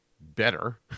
better